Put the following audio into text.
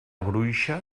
bruixa